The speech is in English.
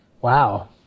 Wow